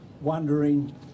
wondering